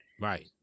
Right